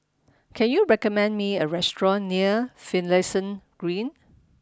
can you recommend me a restaurant near Finlayson Green